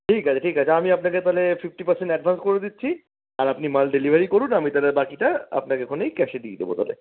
ঠিক আছে ঠিক আছে আমি আপনাকে তাহলে ফিফটি পারসেণ্ট অ্যাডভান্স করে দিচ্ছি আর আপনি মাল ডেলিভারি করুন আমি তাহলে বাকিটা আপনাকে ওখানেই ক্যাশে দিয়ে দেব তাহলে